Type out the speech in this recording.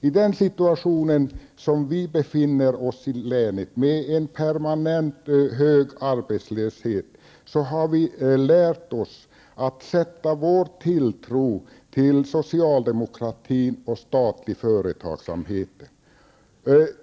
I den situation vi befinner oss i länet, med en permanent hög arbetslöshet, har vi lärt oss att sätta vår tilltro till socialdemokrati och statlig företagsamhet.